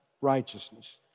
righteousness